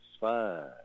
five